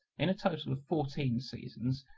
in a total of fourteen seasons,